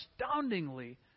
astoundingly